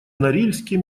норильске